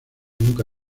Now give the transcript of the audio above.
nunca